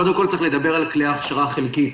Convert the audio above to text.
קודם כול צריך לדבר על כלי אכשרה חלקית.